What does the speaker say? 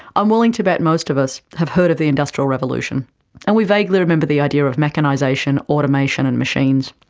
i'm willing to bet most of us have heard of the industrial revolution and we vaguely remember the idea of mechanisation, automation and machines.